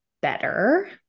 better